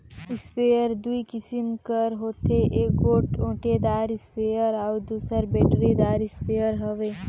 sprayer दूई किसिम कर होथे एगोट ओटेदार इस्परे अउ दूसर बेटरीदार इस्परे हवे